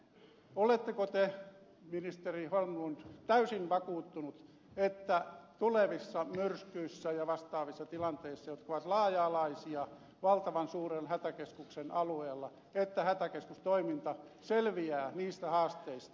oletteko te ministeri holmlund täysin vakuuttunut että tulevissa myrskyissä ja vastaavissa tilanteissa jotka ovat laaja alaisia valtavan suuren hätäkeskuksen alueella hätäkeskustoiminta selviää niistä haasteista